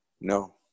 no